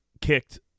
kicked